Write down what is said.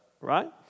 Right